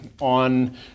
on